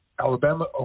Alabama